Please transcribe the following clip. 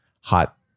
hot